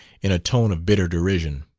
in a tone of bitter derision.